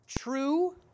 true